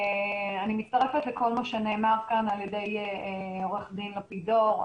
אני מצטרפת לכל מה שנאמר כאן על ידי עוה"ד לפידור.